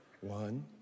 One